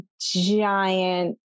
giant